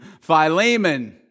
Philemon